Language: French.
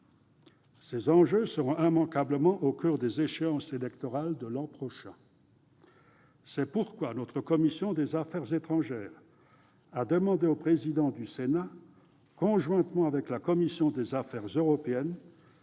Ces enjeux seront immanquablement au coeur des échéances électorales de l'an prochain. C'est pourquoi notre commission des affaires étrangères a demandé au président du Sénat, conjointement avec la commission des affaires européennes,